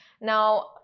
Now